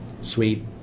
sweet